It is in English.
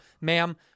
ma'am